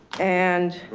and